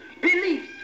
beliefs